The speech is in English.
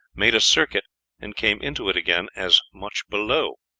made a circuit and came into it again as much below.